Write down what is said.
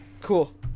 Cool